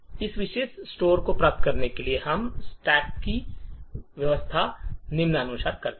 इस विशेष स्टोर को प्राप्त करने के लिए हम स्टैक की व्यवस्था निम्नानुसार करते हैं